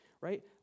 right